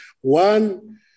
one